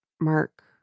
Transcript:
mark